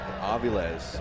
Aviles